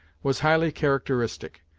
was highly characteristic.